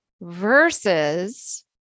versus